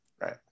right